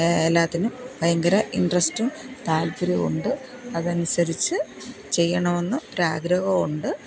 എല്ലാത്തിനും ഭയങ്കര ഇന്ട്രെസ്റ്റും താല്പ്പര്യവും ഉണ്ട് അതനുസരിച്ച് ചെയ്യണം എന്ന് ഒരു ആഗ്രഹം ഉണ്ട്